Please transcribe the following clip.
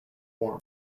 form